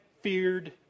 feared